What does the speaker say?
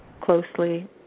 closely